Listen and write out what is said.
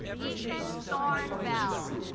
ethan thorn belle